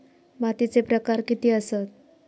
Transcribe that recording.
मातीचे प्रकार किती आसत?